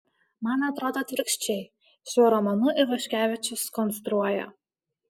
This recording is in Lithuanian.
man atrodo atvirkščiai šiuo romanu ivaškevičius konstruoja